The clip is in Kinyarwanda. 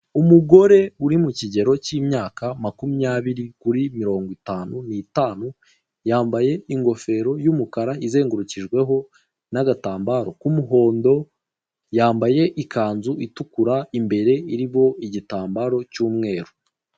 Umugore uri mu kigero cy'imyaka makumyabiri kuri mirongo itanu nitanu yambaye ingofero y'umukara izengurukijweho n'agatambaro k'umuhondo yambaye ikanzu itukura imbere iriho igitambaro cy'umweru.